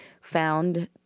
found